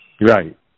Right